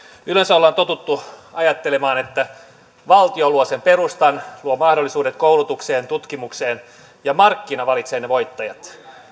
yleensä ollaan totuttu ajattelemaan että valtio luo sen perustan luo mahdollisuudet koulutukseen tutkimukseen ja markkina valitsee ne voittajat